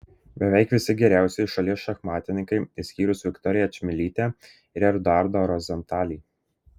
beveik visi geriausieji šalies šachmatininkai išskyrus viktoriją čmilytę ir eduardą rozentalį